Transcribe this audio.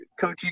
coaching